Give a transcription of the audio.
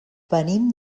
venim